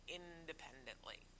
independently